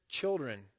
children